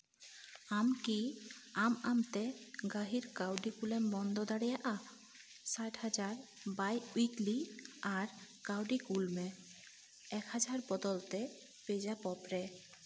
ᱟᱢᱠᱤ ᱟᱢ ᱟᱢᱛᱮ ᱜᱟᱹᱦᱤᱨ ᱠᱟᱹᱣᱰᱤ ᱠᱩᱞᱮᱢ ᱵᱚᱱᱫᱚ ᱫᱟᱲᱮᱭᱟᱜᱼᱟ ᱥᱟᱴ ᱦᱟᱡᱟᱨ ᱵᱟᱭ ᱩᱭᱤᱠᱞᱤ ᱟᱨ ᱠᱟᱣᱰᱤ ᱠᱚ ᱠᱩᱞᱢᱮ ᱮᱠ ᱦᱟᱡᱟᱨ ᱵᱚᱫᱚᱞ ᱛᱮ ᱯᱮᱡᱟᱯᱚᱯ ᱨᱮ